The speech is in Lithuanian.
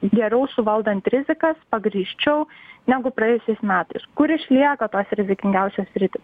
geriau suvaldant rizikas pagrįsčiau negu praėjusiais metais kur išlieka tos rizikingiausios sritys